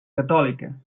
catòlica